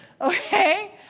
Okay